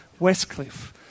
Westcliff